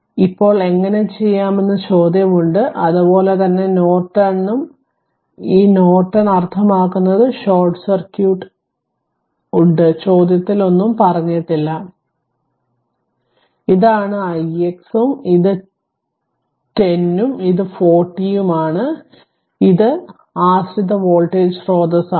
അതിനാൽ ഇപ്പോൾ എങ്ങനെ ചെയ്യാമെന്ന ചോദ്യം ഉണ്ട് അതുപോലെ തന്നെ നോർട്ടണിനും ഈ നോർട്ടൺ അർത്ഥമാക്കുന്നത് ഷോർട്ട് സർക്യൂട്ട് ഉണ്ട് ചോദ്യത്തിൽ ഒന്നും പറഞ്ഞിട്ടില്ല ഇതാണ് ix ഉം ഇത് 10 ഉം ഇത് 40 ഉം ഇതാണ് ഇത് എന്ത് ആശ്രിത വോൾട്ടേജ് സ്രോതസ്സാണ്